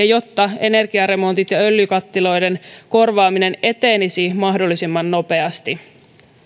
jotta energiaremontit ja öljykattiloiden korvaaminen etenisivät mahdollisimman nopeasti